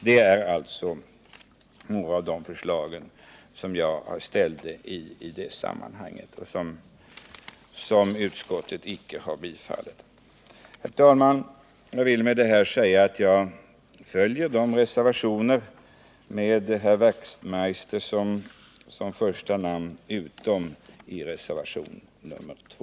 Det är alltså några av de förslag som jag ställt i sammanhanget och som utskottet icke har biträtt. Herr talman! Jag vill med det här säga att jag stöder de reservationer vid jordbruksutskottets betänkande nr 30 som har Hans Wachtmeister som första namn, utom reservationen 2.